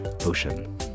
ocean